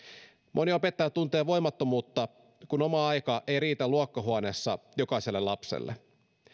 moni opettaja tuntee voimattomuutta kun oma aika ei riitä luokkahuoneessa jokaiselle lapselle